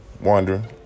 wondering